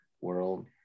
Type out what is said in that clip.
world